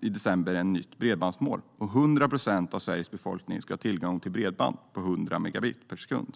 i december fick ett nytt bredbandsmål om att 100 procent av Sveriges befolkning ska ha tillgång till bredband på 100 megabit per sekund.